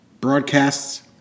broadcasts